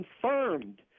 confirmed